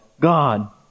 God